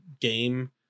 game